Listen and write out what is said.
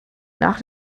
nach